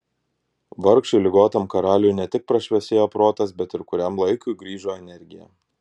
vargšui ligotam karaliui ne tik prašviesėjo protas bet ir kuriam laikui grįžo energija